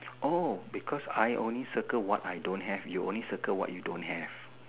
oh because I only circle what I don't have you only circle what you don't have